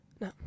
No